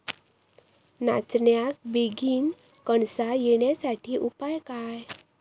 नाचण्याक बेगीन कणसा येण्यासाठी उपाय काय?